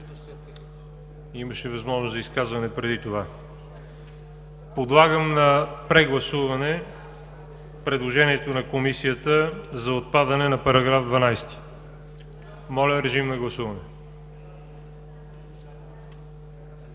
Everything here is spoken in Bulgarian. имаше възможност за изказване преди това. Подлагам на прегласуване предложението на Комисията за отпадане на § 12. Гласували